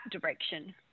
direction